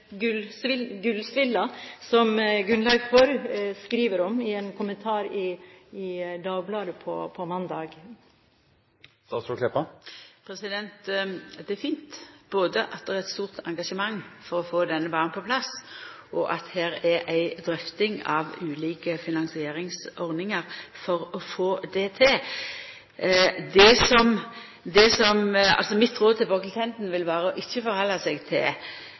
som Gudleiv Forr skrev om i en kommentar i Dagbladet på mandag? Det er fint både at det er eit stort engasjement for å få denne banen på plass, og at det her er ei drøfting av ulike finansieringsordningar for å få det til. Mitt råd til Borghild Tenden vil vera å ikkje halda seg til